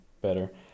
better